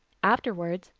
afterwards,